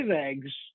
eggs